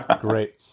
Great